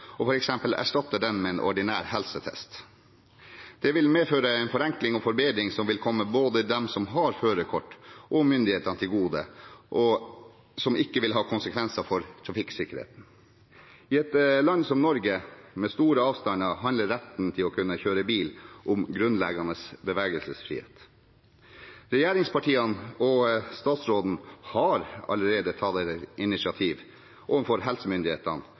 og f.eks. erstatte den med en ordinær helsetest. Det vil medføre en forenkling og forbedring som vil komme både dem som har førerkort, og myndighetene til gode, og det vil ikke ha konsekvenser for trafikksikkerheten. I et land som Norge, med store avstander, handler retten til å kunne kjøre bil om grunnleggende bevegelsesfrihet. Regjeringspartiene og statsråden har allerede tatt initiativ overfor helsemyndighetene